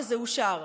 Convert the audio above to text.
וזה אושר,